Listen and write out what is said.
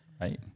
right